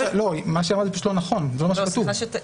מה שהיא אמרה זה פשוט לא נכון, זה לא מה שכתוב.